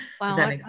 Wow